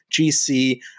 GC